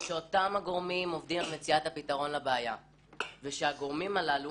שאותם הגורמים עובדים על מציאת הפתרון לבעיה ושהגורמים הללו